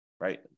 right